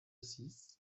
six